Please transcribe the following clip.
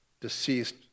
deceased